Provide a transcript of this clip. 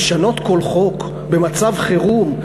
לשנות כל חוק במצב חירום?